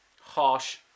Harsh